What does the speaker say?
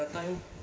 that time